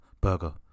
burger